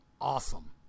awesome